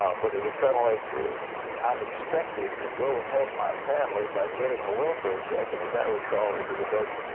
ah but it was kind of like im um expected to go and help my family by getting a welfare check. and as i recall, it was about,